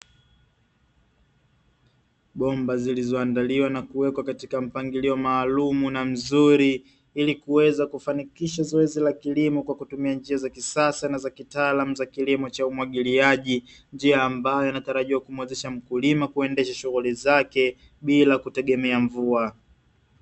Bomba zilizoandaliwa na kuwekwa katika mpangilio maalumu na mzuri, ili kuweza kufanikisha zoezi la kilimo kwa kutumia njia za kisasa na za kitaalamu za kilimo cha umwagiliaji. Njia ambayo inatarajiwa kumuwezesha mkulima kuendesha shughuli zake bila kutegemea mvua.